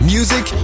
Music